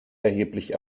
erheblich